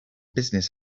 business